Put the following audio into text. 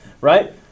right